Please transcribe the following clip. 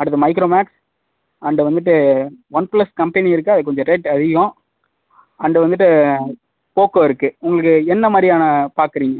அடுத்து Micromax and வந்துவிட்டு OnePlus company இருக்குது அது கொஞ்சம் ரேட்டு அதிகம் அண்டு வந்துவிட்டு போகோ இருக்குது உங்களுக்கு என்ன மாதிரியான பார்க்குறிங்க